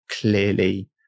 clearly